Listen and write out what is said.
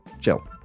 Chill